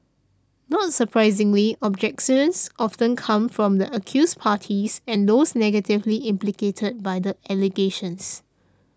not surprisingly objections often come from the accused parties and those negatively implicated by the allegations